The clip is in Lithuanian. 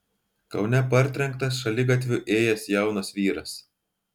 kaune partrenktas šaligatviu ėjęs jaunas vyras